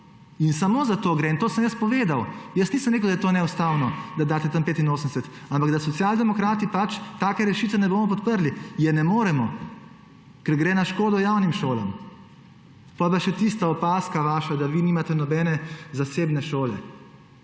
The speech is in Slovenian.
Samo za to gre in to sem jaz povedal. Jaz nisem rekel, da je to neustavno, da daste tam 85, ampak da Social demokrati pač take rešitve ne bomo podprli, je ne moremo, ker gre na škodo javnih šol. Potem pa še tista vaša opazka, da vi nimate nobene zasebne šole.